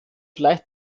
vielleicht